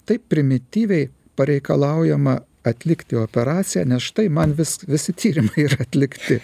taip primityviai pareikalaujama atlikti operaciją nes štai man vis visi tyrimai atlikti